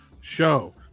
show